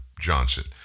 johnson